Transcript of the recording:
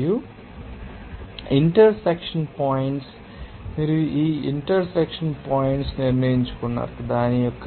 మరియు intersection points మీరు ఈ ఇంటర్ సెక్షన్ పాయింట్స్ నిర్ణయించుకున్నారు దాని యొక్క